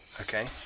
Okay